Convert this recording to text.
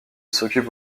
s’occupe